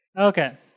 Okay